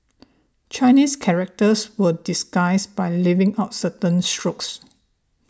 Chinese characters were disguised by leaving out certain strokes